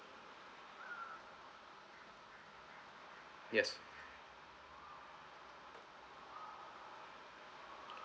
yes